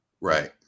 Right